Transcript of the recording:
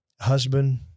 husband